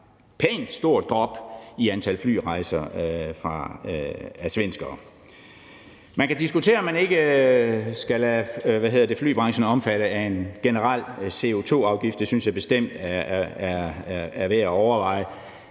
pænt stort drop i antallet af flyrejser af svenskere. Man kan diskutere, om man ikke skal lade flybranchen omfatte af en generel CO2-afgift. Det synes jeg bestemt er værd at overveje